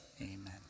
Amen